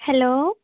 hello